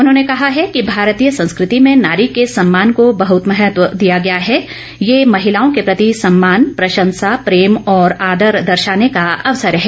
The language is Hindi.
उन्होंने कहा है कि भारतीय संस्कृति में नारी के सम्मान को बहुत महत्व दिया गया है यह महिलाओं के प्रति सम्मान प्रशंसा प्रेम और आदर दर्शाने का अवसर है